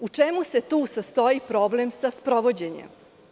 U čemu se tu sastoji problem sa sprovođenjem?